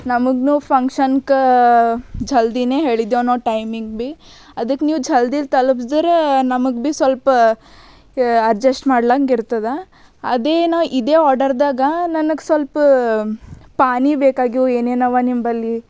ನಮಗೂ ಫಂಕ್ಷನ್ಕ ಜಲ್ದಿನೇ ಹೇಳಿದೆವ ನಾವು ಟೈಮಿಂಗ್ ಭೀ ಅದಕ್ಕೆ ನೀವು ಜಲ್ದಿ ತಲುಪ್ಸದ್ರೆ ನಮಗೆ ಭೀ ಸ್ವಲ್ಪ ಅಡ್ಜಸ್ಟ್ ಮಾಡ್ಲಂಗ ಇರ್ತದೆ ಅದೇನಾ ಇದೇ ಆರ್ಡರ್ದಾಗ ನನಗೆ ಸ್ವಲ್ಪ ಪಾನೀಯ ಬೇಕಾಗ್ಯವ ಏನೇನವ ನಿಂಬಲ್ಲಿ